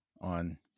on